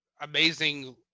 amazing